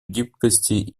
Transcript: гибкости